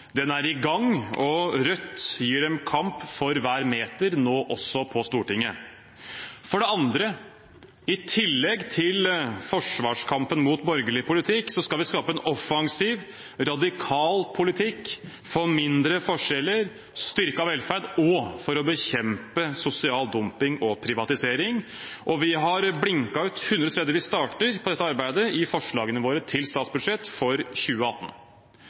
den er i gang, og Rødt gir den kamp for hver meter, nå også på Stortinget. For det andre: I tillegg til forsvarskampen mot borgerlig politikk skal vi skape en offensiv, radikal politikk, få mindre forskjeller, styrket velferd og bekjempe sosial dumping og privatisering. Vi har blinket ut 100 steder vi starter på dette arbeidet, i forslagene våre til statsbudsjett for 2018.